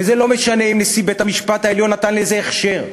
וזה לא משנה אם נשיא בית-המשפט העליון נתן לזה הכשר.